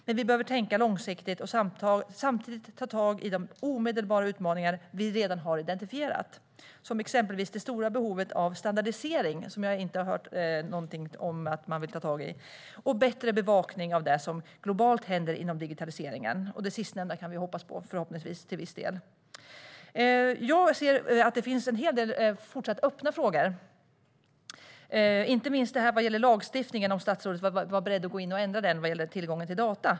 Men vi behöver tänka långsiktigt och samtidigt ta tag i de omedelbara utmaningar vi redan har identifierat, exempelvis det stora behovet av standardisering, som jag inte hört någonting om att man vill ta tag i, samt bättre bevakning av det som händer inom digitaliseringen globalt. Det sistnämnda kan vi nog till viss del hoppas på. Det finns fortfarande en hel del öppna frågor, inte minst om statsrådet är beredd att ändra lagstiftningen vad gäller tillgången till data.